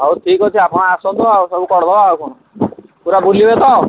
ହଉ ଠିକ୍ ଅଛି ଆପଣ ଆସନ୍ତୁ ଆଉ ସବୁ କରିଦବା ଆଉ କ'ଣ ପୂରା ବୁଲିବେ ତ